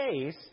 case